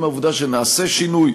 האם העובדה שנעשה שינוי,